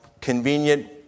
convenient